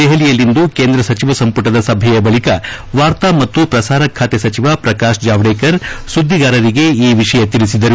ದೆಹಲಿಯಲ್ಲಿಂದು ಕೇಂದ್ರ ಸಚಿವ ಸಂಪುಟದ ಸಭೆಯ ಬಳಿಕ ವಾರ್ತಾ ಮತ್ತು ಪ್ರಸಾರ ಸಚಿವ ಪ್ರಕಾಶ್ ಜಾವಡೇಕರ್ ಸುಧಿಗಾರರಿಗೆ ಈ ವಿಷಯ ತಿಳಿಸಿದರು